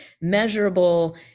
measurable